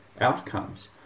outcomes